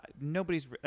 nobody's